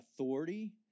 authority